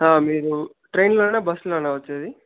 మీరు ట్రైన్లోన బస్లోన వచ్చేది